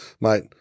mate